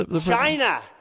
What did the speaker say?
China